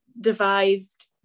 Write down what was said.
devised